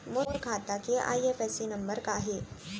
मोर खाता के IFSC number का हे?